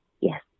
Yes